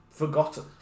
forgotten